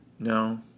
No